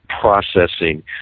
Processing